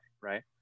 right